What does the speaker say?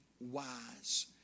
wise